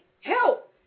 help